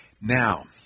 Now